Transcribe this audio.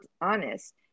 honest